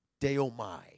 Deomai